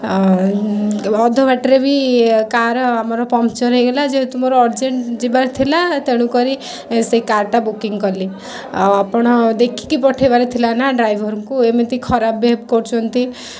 ଆଉ ଅଧ ବାଟରେ ବି କାର୍ ଆମର ପଙ୍କ୍ଚର୍ ହେଇଗଲା ଯେହେତୁ ମୋର ଅର୍ଜେଣ୍ଟ ଯିବାର ଥିଲା ତେଣୁକରି ସେ କାର୍ଟା ବୁକିଂ କଲି ଆଉ ଆପଣ ଦେଖିକି ପଠାଇବାର ଥିଲା ନା ଡ୍ରାଇଭରଙ୍କୁ ଏମିତି ଖରାପ ବିହେବ୍ କରୁଛନ୍ତି